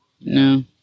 no